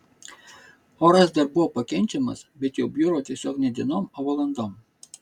oras dar buvo pakenčiamas bet jau bjuro tiesiog ne dienom o valandom